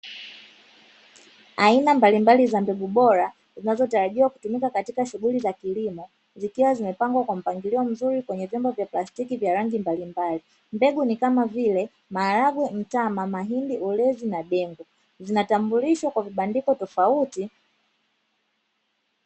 Aina mbalimbali za mbegu bora, zinazotarajiwa kutumika katika shughuli za kilimo, zikiwa zimepangiliwa vizuri kwenye vyombo vya plastiki vya rangi mbalimbali. Mbegu ni kama vile maharage, mtama, mahindi, ulezi na dengue. Zinatambulishwa Kwa vibandiko tofauti.